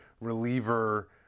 reliever